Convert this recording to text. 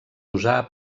usar